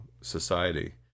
society